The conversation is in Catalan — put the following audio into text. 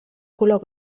color